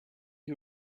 who